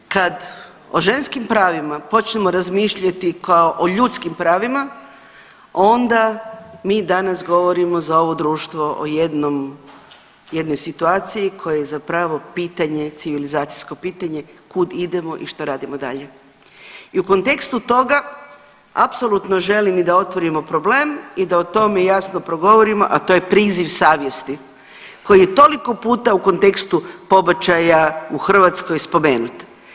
Kad o ženskim pravima počnemo razmišljati kao o ljudskim pravima onda mi danas govorimo za ovo društvo o jednom, jednoj situaciji koja je zapravo pitanje, civilizacijsko pitanje kud idemo i što radimo dalje i u kontekstu toga apsolutno želim i da otvorimo problem i da o tome jasno progorimo, a to je priziv savjesti koji je toliko puta u kontekstu pobačaja u Hrvatskoj spomenut.